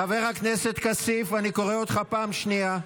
חבר הכנסת כסיף, אני קורא אותך פעם שנייה.